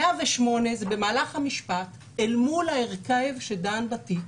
108 זה במהלך המשפט אל מול ההרכב שדן בתיק